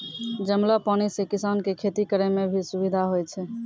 जमलो पानी से किसान के खेती करै मे भी सुबिधा होय छै